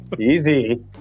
Easy